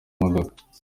imodoka